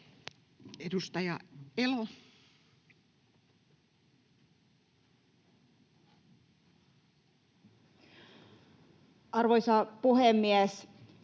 Edustaja Simula. Arvoisa puhemies!